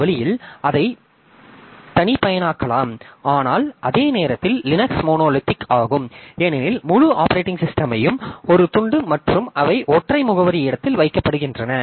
அந்த வழியில் அதைத் தனிப்பயனாக்கலாம் ஆனால் அதே நேரத்தில் லினக்ஸ் மோனோலித்திக் ஆகும் ஏனெனில் முழு ஆப்பரேட்டிங் சிஸ்டமையும் ஒரு துண்டு மற்றும் அவை ஒற்றை முகவரி இடத்தில் வைக்கப்படுகின்றன